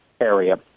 area